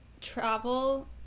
travel